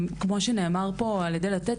כמו שנאמר פה על ידי לתת,